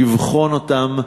לבחון אותן,